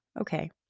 Okay